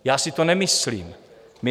Já si to nemyslím.